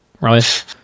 right